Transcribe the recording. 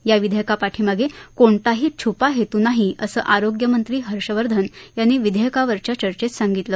या विधेयकापाठीमागे कोणताही छपा हेतू नाही असं आरोग्यमंत्री हर्षवर्धन यांनी विधेयकावरच्या चर्चेत सांगितलं